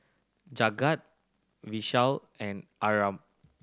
Jagat Vishal and Arnab